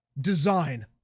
design